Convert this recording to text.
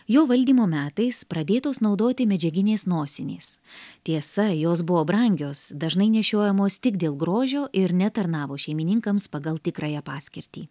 jo valdymo metais pradėtos naudoti medžiaginės nosinės tiesa jos buvo brangios dažnai nešiojamos tik dėl grožio ir netarnavo šeimininkams pagal tikrąją paskirtį